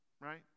right